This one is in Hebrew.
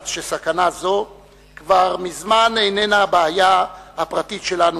שסכנה זו כבר מזמן איננה הבעיה הפרטית שלנו,